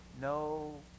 no